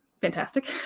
fantastic